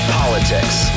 politics